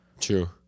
true